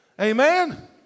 Amen